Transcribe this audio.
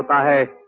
i